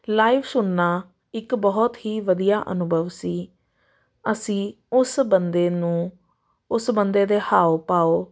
live ਸੁਣਨਾ ਇੱਕ ਬਹੁਤ ਹੀ ਵਧੀਆ ਅਨੁਭਵ ਸੀ ਅਸੀਂ ਉਸ ਬੰਦੇ ਨੂੰ ਉਸ ਬੰਦੇ ਦੇ ਹਾਓ ਭਾਓ